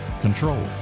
control